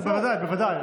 בוודאי, בוודאי.